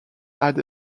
had